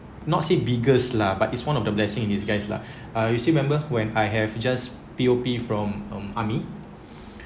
not say biggest lah but it's one of the blessing in disguise lah uh you still remember when I have just P_O_P from army